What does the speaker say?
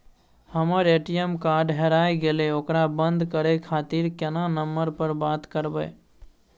हमर ATM card हेराय गेले ओकरा बंद करे खातिर केना नंबर पर बात करबे?